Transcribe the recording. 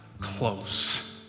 Close